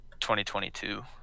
2022